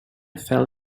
fell